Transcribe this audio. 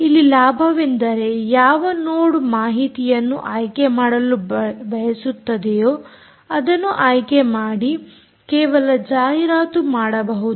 ಇಲ್ಲಿ ಲಾಭವೆಂದರೆ ಯಾವ ನೋಡ್ ಮಾಹಿತಿಯನ್ನು ಆಯ್ಕೆ ಮಾಡಲು ಬಯಸುತ್ತದೆಯೋ ಅದನ್ನು ಆಯ್ಕೆ ಮಾಡಿ ಕೇವಲ ಜಾಹೀರಾತು ಮಾಡಬಹುದು